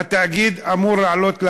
התאגיד אמור לעלות לאוויר.